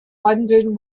london